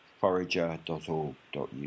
forager.org.uk